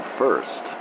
first